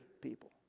people